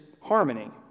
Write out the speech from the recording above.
harmony